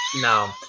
No